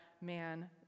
man